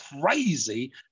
crazy